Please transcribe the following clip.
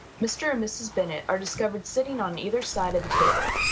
mr. and mrs. bennet are discovered sitting on either side of the table.